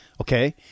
Okay